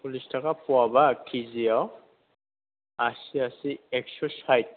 सलिस थाखा फवा बा किजियाव आसि आसि एकस' सायथ